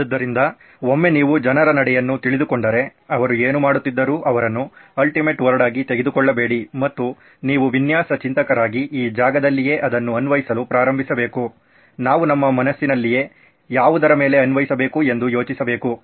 ಆದ್ದರಿಂದ ಒಮ್ಮೆ ನೀವು ಜನರ ನಡೆಯನ್ನು ತಿಳಿದುಕೊಂಡರೆ ಅವರು ಏನೂ ಮಾಡುತ್ತಿದ್ದರು ಅವರನ್ನು ಅಲ್ಟಿಮೇಟ್ ವರ್ಡ್ ಆಗಿ ತೆಗೆದುಕೊಳ್ಳಬೇಡಿ ಮತ್ತು ನೀವು ವಿನ್ಯಾಸ ಚಿಂತಕರಾಗಿ ಈ ಜಾಗದಲ್ಲಿಯೇ ಅದನ್ನು ಅನ್ವಯಿಸಲು ಪ್ರಾರಂಭಿಸಬೇಕು ನಾವು ನಮ್ಮ ಮನಸ್ಸಿನಲ್ಲಿಯೇ ಯಾವುದರ ಮೇಲೆ ಅನ್ವಯಿಸಬೇಕು ಎಂದು ಯೋಚಿಸಬೇಕು